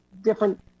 different